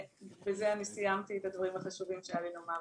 בזה אני סיימתי את הדברים החשובים שהיה לי לומר.